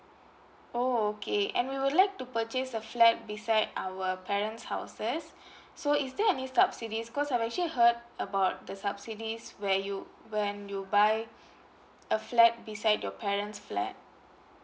oh okay and we would like to purchase a flat beside our parent's houses so is there any subsidies 'cos I actually heard about the subsidies where you when you buy a flat beside your parent's flat